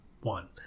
One